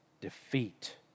defeat